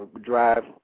drive